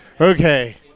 Okay